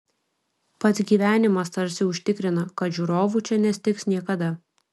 pats gyvenimas tarsi užtikrina kad žiūrovų čia nestigs niekada